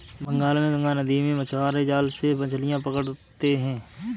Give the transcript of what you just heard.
बंगाल में गंगा नदी में मछुआरे जाल से मछलियां पकड़ते हैं